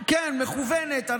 כן, מכוונת.